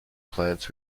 plants